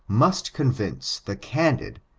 must convince the candid,